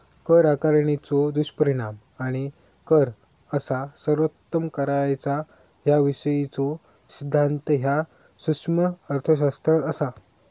कर आकारणीचो दुष्परिणाम आणि कर कसा सर्वोत्तम करायचा याविषयीचो सिद्धांत ह्या सूक्ष्म अर्थशास्त्रात असा